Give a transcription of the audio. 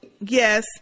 yes